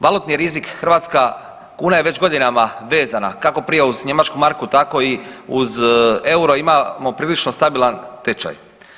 Valutni rizik, hrvatska kuna je već godinama vezana kako prije uz njemačku marku tako i uz euro, imamo prilično stabilan tečaj.